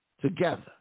together